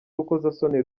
urukozasoni